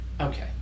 Okay